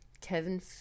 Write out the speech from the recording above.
Kevin